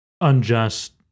unjust